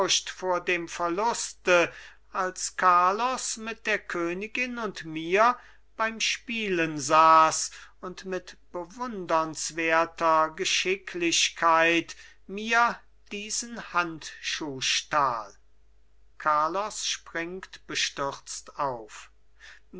vor dem verluste als carlos mit der königin und mir beim spielen saß und mit bewunderswerter geschicklichkeit mir diesen handschuh stahl carlos springt bestürzt auf